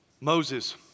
Moses